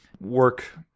work